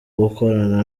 gukorana